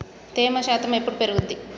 తేమ శాతం ఎప్పుడు పెరుగుద్ది?